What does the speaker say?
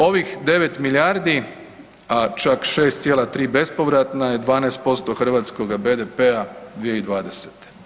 Ovih 9 milijardi a čak 6,3 bespovratna je 12% hrvatskoga BDP-a 2020.